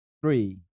three